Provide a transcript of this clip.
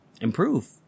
improve